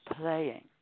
playing